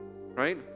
right